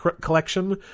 collection